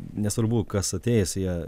nesvarbu kas ateis jie